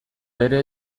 bere